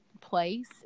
place